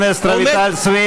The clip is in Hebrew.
חברת הכנסת רויטל סויד,